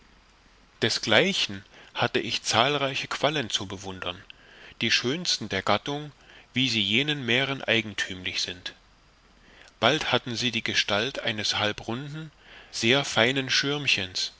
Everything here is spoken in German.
desgleichen hatte ich zahlreiche quallen zu bewundern die schönsten der gattung wie sie jenen meeren eigenthümlich sind bald hatten sie die gestalt eines halbrunden sehr seinen